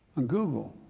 on google.